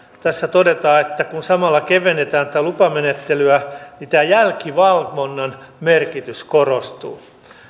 tässä todetaan että samalla kun kevennetään tätä lupamenettelyä tämä jälkivalvonnan merkitys korostuu